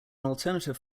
alternative